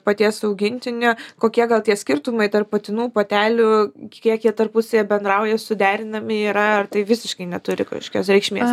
paties augintinio kokie tie skirtumai tarp patinų patelių kiek jie tarpusavyje bendrauja suderinami yra ar tai visiškai neturi kažkokios reikšmės